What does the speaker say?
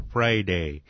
Friday